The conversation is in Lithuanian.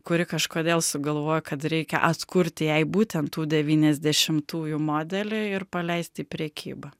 kuri kažkodėl sugalvojo kad reikia atkurti jei būtent tų devyniasdešimtųjų modelį ir paleisti į prekybą